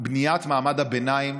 בניית מעמד הביניים,